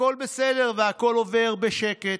הכול בסדר והכול עובר בשקט.